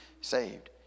saved